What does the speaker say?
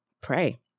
pray